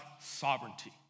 sovereignty